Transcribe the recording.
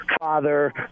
father